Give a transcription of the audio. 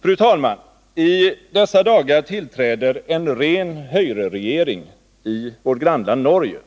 Fru talman! I dessa dagar tillträder en ren höyre-regering i vårt grannland Norge.